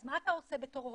אז מה אתה עושה בתור הורה?